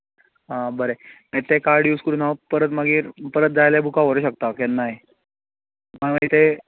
आं बरें तें कार्ड यूज करून हांव परत मागीर जाय तेन्नां बुकां व्हरूंक शकता केन्नाय मागीर तें